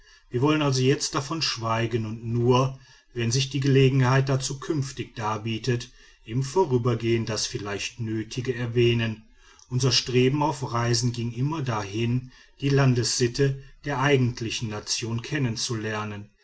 wir wollen also jetzt davon schweigen und nur wenn sich die gelegenheit dazu künftig darbietet im vorübergehen das vielleicht nötige erwähnen unser streben auf reisen ging immer dahin die landessitte der eigentlichen nation